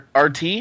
RT